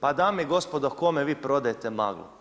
Pa dame i gospodo, kome vi prodajete maglu?